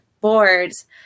boards